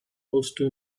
houston